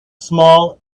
small